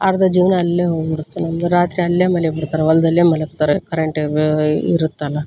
ಅರ್ಧ ಜೀವನ ಅಲ್ಲೇ ಹೋಗ್ಬಿಡುತ್ತೆ ನಮ್ಮದು ರಾತ್ರಿ ಅಲ್ಲೇ ಮಲಗ್ಬಿಡ್ತಾರೆ ಹೊಲ್ದಲ್ಲೇ ಮಲಗ್ತಾರೆ ಕರೆಂಟ ಬ ಇರುತ್ತಲ್ಲ